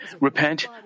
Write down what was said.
repent